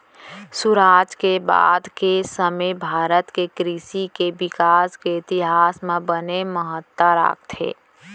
सुराज के बाद के समे भारत के कृसि के बिकास के इतिहास म बने महत्ता राखथे